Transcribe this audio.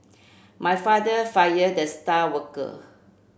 my father fired the star worker